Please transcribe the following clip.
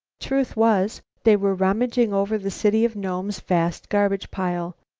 truth was, they were rummaging over the city of nome's vast garbage pile.